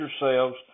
yourselves